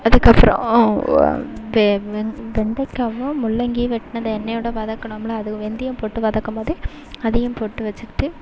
அதுக்கப்புறம் வெண்டைக்காவும் முள்ளங்கியும் வெட்டுனதை எண்ணெயோடு வதக்குனோம்ல அது வெந்தயம் போட்டு வதக்கும்போது அதையும் போட்டு வச்சுக்கிட்டு